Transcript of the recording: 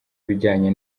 ibijyanye